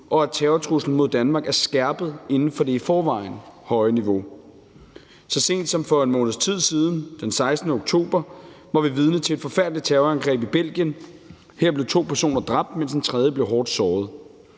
og at terrortruslen mod Danmark er skærpet inden for det i forvejen høje niveau. Så sent som for en måneds tid siden, den 16. oktober, var vi vidner til et forfærdeligt terrorangreb i Belgien. Her blev to personer dræbt, mens en tredje blev hårdt såret.